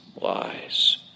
lies